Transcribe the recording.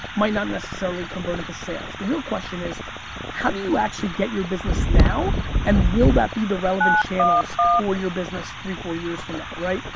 might not necessarily convert into sales. the real question is how do you actually get your business now and will that be the relevant channels for your business three four years from now, right?